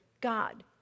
God